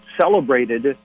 celebrated